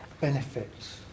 benefits